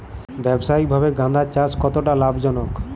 ব্যবসায়িকভাবে গাঁদার চাষ কতটা লাভজনক?